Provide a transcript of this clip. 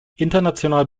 international